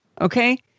Okay